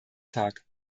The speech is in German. tag